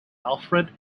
alfred